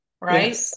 right